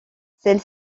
celle